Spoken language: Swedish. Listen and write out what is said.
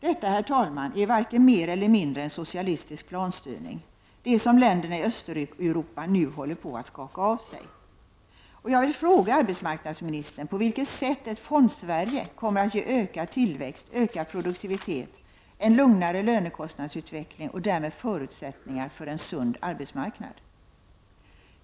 Detta, herr talman, är varken mer eller mindre än socialistisk planstyrning, det som länderna i Östeuropa nu håller på att skaka av sig. Jag vill fråga arbetsmarknadsministern på vilket sätt ett Fondsverige kommer att ge ökad tillväxt, ökad produktivitet, en lugnare lönekostnadsutveckling och därmed förutsättningar för en sund arbetsmarknad.